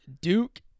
Duke